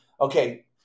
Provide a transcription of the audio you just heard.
Okay